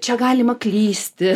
čia galima klysti